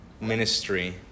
ministry